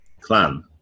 clan